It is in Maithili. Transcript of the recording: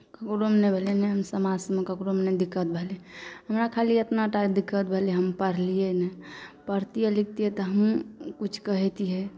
ककरोमे नहि भेलै नहि समाजमे भेलै दिक्कत हमरा खाली एतना टा भेलै दिक्कत खाली हम पढ़लियै नहि पढ़तियै लिखतियै तऽ हमहुँ किछु कहतियै